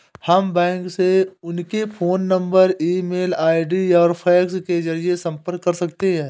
हम बैंकों से उनके phone number email ID और फैक्स के जरिए संपर्क कर सकते हैं